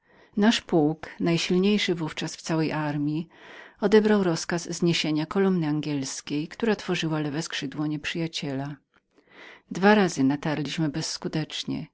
nasz pułk najsilniejszy w ówczas w całej armji odebrał rozkaz zniesienia kolumny angielskiej która tworzyła lewe skrzydło nieprzyjaciela dwa razy natarliśmy bezskutecznie